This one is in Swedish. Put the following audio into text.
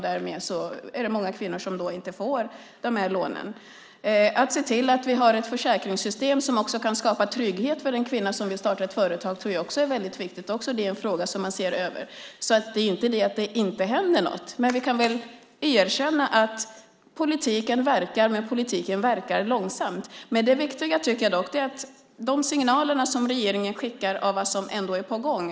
Därmed är det många kvinnor som inte får de här lånen. Att se till att vi har ett försäkringssystem som kan skapa trygghet för den kvinna som vill starta ett företag tror jag också är väldigt viktigt. Också det är en fråga som man ser över. Det är alltså inte så att det inte händer något. Vi kan väl erkänna att politiken verkar men att politiken verkar långsamt. Jag tycker dock att det viktiga är de signaler som regeringen skickar om vad som ändå är på gång.